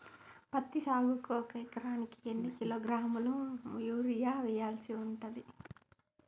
పత్తి సాగుకు ఒక ఎకరానికి ఎన్ని కిలోగ్రాముల యూరియా వెయ్యాల్సి ఉంటది?